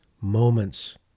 moments